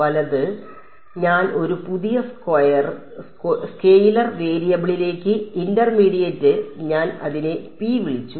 വലത് ഞാൻ ഒരു പുതിയ സ്കെയിലർ വേരിയബിളിലേക്ക് ഇന്റർമീഡിയറ്റ് ഞാൻ അതിനെ വിളിച്ചു